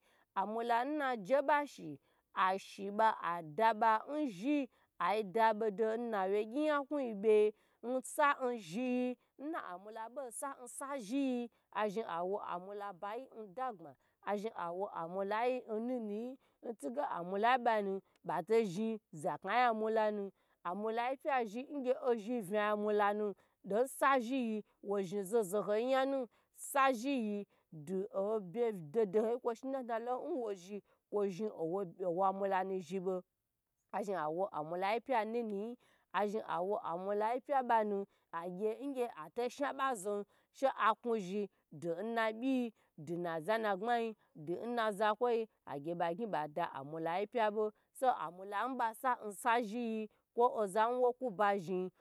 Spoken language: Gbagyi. Amula nba dagbma non noza wo la yinkwo yi nwo bo knu knu zhn zhn yi woi go agye we kwo woi bwa agyi wye wo zhn wo mi wa zhi abo nwa bwa yi toge nwazamayi nu ba zhni won azhn awo amula ba yi dagbma njesun amula nbabo na ya ngyi yi gbo gbo azhi awo ge ashewi lo, ozhe lo yasi alika si ba lo aba na si alika aza si alika ayi ba fi ba si ba yan nba bwa yi aza ba ta saya nkwo ta zhn za aga baba bwa yan nba bwai n na zhi mala lona azhn awo amulayi dagbma mula da nwo bo sa n nagyi kpa a zhi dayi azhn awo amala yi dagbma njesu nfuge agyi kpye gye zhi ba be zhn ba zhn agye kpe azhn bo ba gna agyi wye nnaba ba to bo ba gan nbalo bagy ayin gbakwo yi zhi ba gnaba, azhi agye amula yi dagbma mula na bo je zhi aye nabyi na bayi ntige obo na zhni ayya abyi ku ye zhi n nabayi ayagyi ga abyi ba ku gyi a zhn agy amula bayi banu oba bo dagbma dada yi dei dei